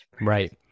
Right